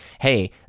hey